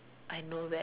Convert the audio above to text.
I know that